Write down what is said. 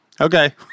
Okay